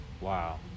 Wow